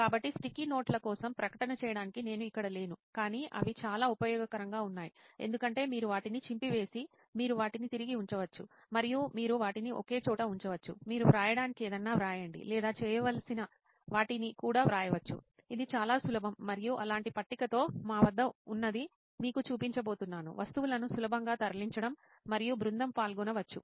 కాబట్టి స్టిక్కీ నోట్ల కోసం ప్రకటన చేయడానికి నేను ఇక్కడ లేను కానీ అవి చాలా ఉపయోగకరంగా ఉన్నాయి ఎందుకంటే మీరు వాటిని చింపివేసి మీరు వాటిని తిరిగి ఉంచవచ్చు మరియు మీరు వాటిని ఒకే చోట ఉంచవచ్చు మీరు వ్రాయడానికి ఏదైనా వ్రాయండి లేదా చేయవలసిన వాటిని కూడా వ్రాయవచ్చు ఇది చాలా సులభం మరియు అలాంటి పట్టికతో మా వద్ద ఉన్నది మీకు చూపించబోతున్నాను వస్తువులను సులభంగా తరలించడం మరియు బృందం పాల్గొనవచ్చు